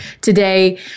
today